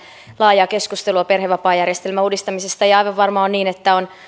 laajaa keskustelua perhevapaajärjestelmän uudistamisesta ja aivan varmaa on että puolueilla on